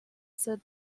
said